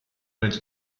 nel